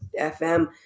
FM